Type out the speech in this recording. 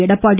Edappadi